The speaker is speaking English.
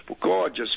gorgeous